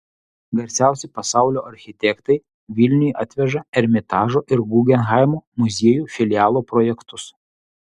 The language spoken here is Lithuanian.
garsiausi pasaulio architektai vilniui atveža ermitažo ir gugenhaimo muziejų filialo projektus